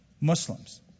Muslims